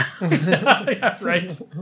Right